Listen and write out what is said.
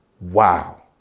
Wow